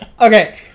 Okay